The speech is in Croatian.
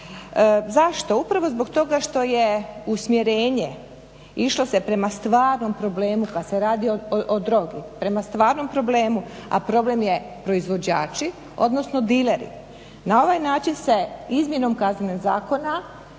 stvarnom problemu kad se radi o drogi, prema stvarnom problemu. A problem je proizvođači odnosno dileri. Na ovaj način se izmjenom Kaznenog zakona